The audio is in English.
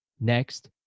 Next